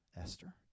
Esther